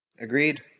Agreed